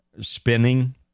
spinning